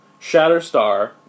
Shatterstar